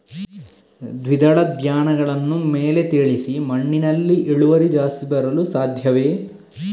ದ್ವಿದಳ ಧ್ಯಾನಗಳನ್ನು ಮೇಲೆ ತಿಳಿಸಿ ಮಣ್ಣಿನಲ್ಲಿ ಇಳುವರಿ ಜಾಸ್ತಿ ಬರಲು ಸಾಧ್ಯವೇ?